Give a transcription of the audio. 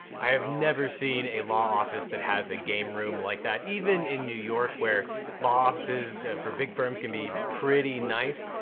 i have never seen a law office that has a game room like that, even in new york where law offices for big firms can be pretty nice.